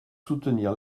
soutenir